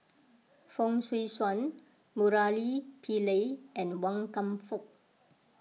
Fong Swee Suan Murali Pillai and Wan Kam Fook